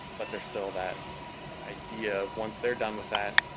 but there's still that idea of, once they're done with that,